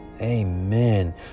Amen